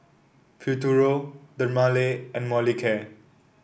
Futuro Dermale and Molicare